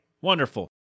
wonderful